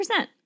100%